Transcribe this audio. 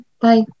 Bye